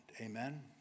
Amen